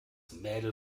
mädel